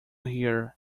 here